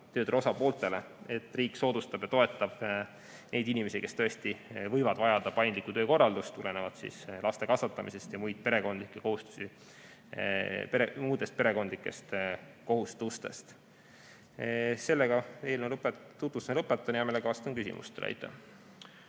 tööturu osapooltele, et riik soodustab ja toetab neid inimesi, kes tõesti võivad vajada paindlikku töökorraldust tulenevalt laste kasvatamisest ja muudest perekondlikest kohustustest. Sellega eelnõu tutvustuse lõpetan. Hea meelega vastan küsimustele.